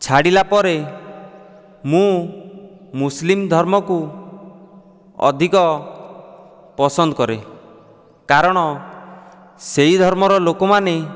ଛାଡ଼ିଲାପରେ ମୁଁ ମୁସଲିମ୍ ଧର୍ମକୁ ଅଧିକ ପସନ୍ଦ କରେ କାରଣ ସେହି ଧର୍ମର ଲୋକମାନେ